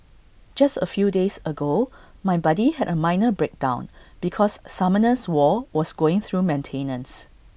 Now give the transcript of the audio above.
just A few days ago my buddy had A minor breakdown because Summoners war was going through maintenance